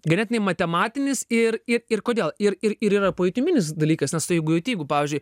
ganėtinai matematinis ir ir ir kodėl ir ir yra pajutiminis dalykas nes tu jeigu jauti jeigu pavyzdžiui